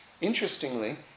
interestingly